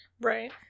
Right